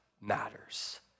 matters